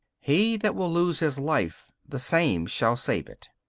he that will lose his life, the same shall save it,